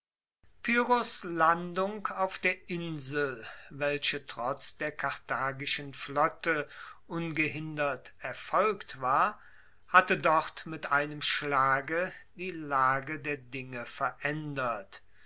pyrrhos landung auf der insel welche trotz der karthagischen flotte ungehindert erfolgt war hatte dort mit einem schlage die lage der dinge veraendert